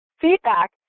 feedback